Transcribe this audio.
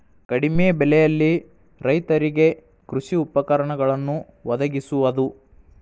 ಕಡಿಮೆ ಬೆಲೆಯಲ್ಲಿ ರೈತರಿಗೆ ಕೃಷಿ ಉಪಕರಣಗಳನ್ನು ವದಗಿಸುವದು